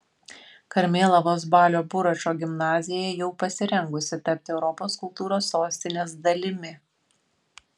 karmėlavos balio buračo gimnazija jau pasirengusi tapti europos kultūros sostinės dalimi